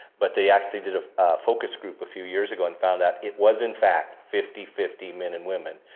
but they actually did a focus group a few years ago and found that it was in fact, fifty, fifty, men and women,